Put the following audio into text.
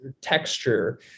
texture